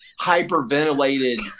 hyperventilated